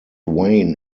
wayne